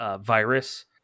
virus